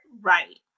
right